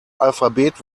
alphabet